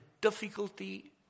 difficulty